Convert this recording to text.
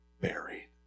buried